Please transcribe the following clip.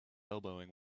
elbowing